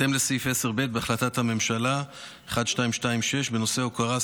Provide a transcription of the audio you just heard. בהתאם לסעיף 10.ב. להחלטת הממשלה 1226 בנושא הוקרה,